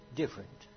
different